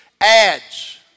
ads